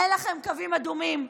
אין לכם קווים אדומים?